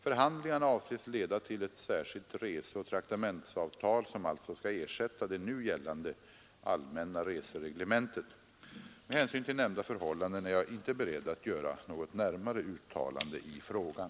Förhandlingarna avses leda till ett särskilt reseoch traktamentsavtal, som alltså skall ersätta det nu gällande allmänna resereglementet. Med hänsyn till nämnda förhållanden är jag inte beredd att göra något närmare uttalande i frågan.